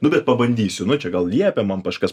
nu bet pabandysiu nu čia gal liepė man kažkas